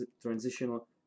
transitional